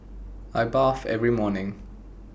I bath every morning